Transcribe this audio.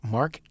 Mark